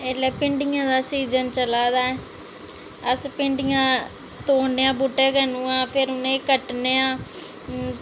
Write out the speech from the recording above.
ऐल्लै भिंडियें दा सीजन चला दा ऐ अस भिंडियां तोड़ने आं बूह्टे कन्नै आं फिर उ'नेंगी कट्टने आं